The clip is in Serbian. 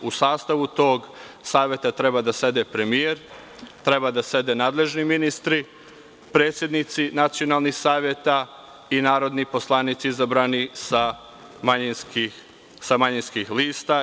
U sastavu tog saveta treba da sede premijer, nadležni ministri, predsednici nacionalnih saveta i narodni poslanici izabrani sa manjinskih lista.